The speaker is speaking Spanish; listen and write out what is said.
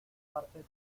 parte